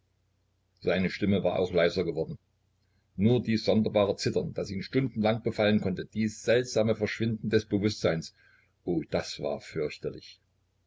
seine stimme war auch leise geworden nur dies sonderbare zittern das ihn so stundenlang befallen konnte dies seltsame verschwinden des bewußtseins oh das war fürchterlich